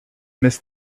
miss